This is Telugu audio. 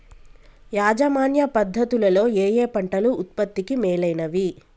యాజమాన్య పద్ధతు లలో ఏయే పంటలు ఉత్పత్తికి మేలైనవి?